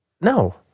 no